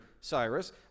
Cyrus